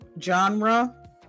Genre